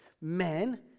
men